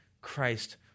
Christ